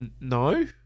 no